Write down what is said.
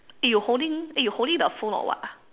eh you holding eh you holding the phone or what ah